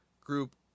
group